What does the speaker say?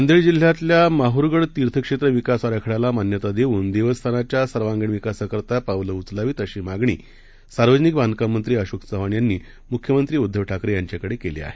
नांदेडजिल्ह्यातल्यामाहूरगडतीर्थक्षेत्रविकासआराखड्यालामान्यतादेऊनदेवस्थानाच्यासर्वांगीणविकासासाठीपावलंउचलावीत अशीमागणीसार्वजनिकबांधकाममंत्रीअशोकचव्हाणयांनीमुख्यमंत्रीऊद्धवठाकरेयांच्याकडेकेलीआहे